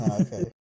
Okay